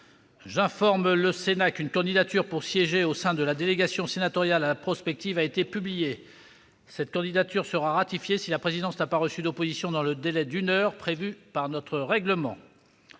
J'informe le Sénat qu'une candidature pour siéger au sein de la délégation sénatoriale à la prospective a été publiée. Cette candidature sera ratifiée si la présidence n'a pas reçu d'opposition dans le délai d'une heure prévu par notre règlement.